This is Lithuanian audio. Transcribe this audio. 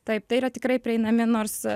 taip tai yra tikrai prieinami nors